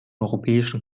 europäischen